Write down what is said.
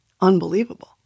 unbelievable